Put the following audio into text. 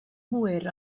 hwyr